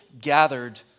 gathered